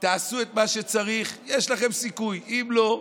תעשו את מה שצריך, יש לכם סיכוי, אם לא,